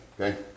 okay